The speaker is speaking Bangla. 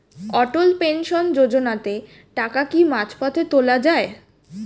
অটল পেনশন যোজনাতে টাকা কি মাঝপথে তোলা যায়?